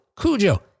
Cujo